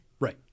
Right